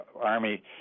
Army